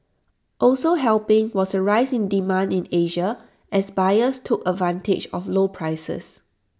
also helping was A rise in demand in Asia as buyers took advantage of low prices